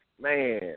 man